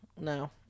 no